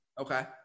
Okay